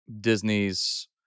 Disney's